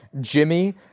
Jimmy